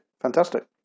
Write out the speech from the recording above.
fantastic